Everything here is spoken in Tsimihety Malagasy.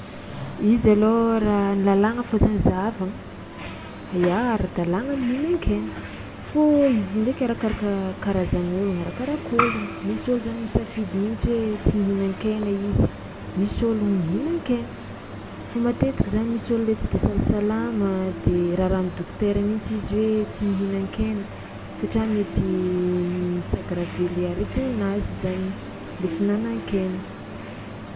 Izy alôha raha ny lalàgna fao zany zahavagna, ia ara-dalàgna ny mihinan-kena fô izy i ndraiky arakaraka karazan'ôlogno arakaraka ôlogno, misy ôlo zany misafidy mihitsy hoe tsy mihinan-kena izy, misy ôlogno mihinan-kena fô matetiky zany misy ôlo le tsy de salasalama de raràn'ny dokotera mihitsy izy hoe tsy mihinan-kena satria mety mi-s'aggraver le aretigninazy zany le fihinanan-kena.